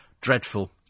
dreadful